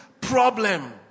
problem